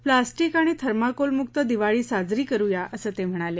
plastic आणि थर्माकोलमुक्त दिवाळी साजरी करूया असं ते म्हणाले